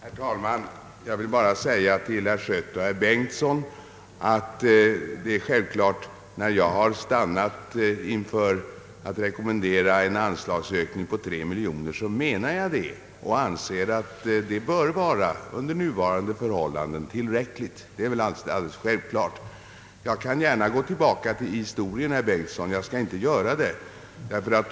Herr talman! Jag vill bara säga till herr Schött och herr Bengtson att när jag har rekommenderat en anslagsökning på tre miljoner kronor, så anser jag naturligtvis att det beloppet under nuvarande förhållanden är tillräckligt. Det är alldeles självklart. Jag skulle gärna kunna gå tillbaka i historien, herr Bengtson, men jag skall inte göra det.